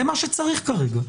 זה מה שצריך כרגע.